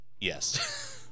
Yes